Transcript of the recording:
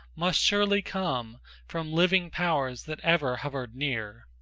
must surely come from living powers that ever hovered near.